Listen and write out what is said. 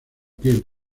kirk